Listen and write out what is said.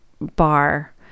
bar